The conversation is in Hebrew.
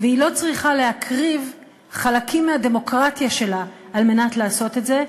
היא לא צריכה להקריב חלקים מהדמוקרטיה שלה על מנת לעשות את זה.